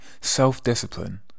self-discipline